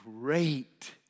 great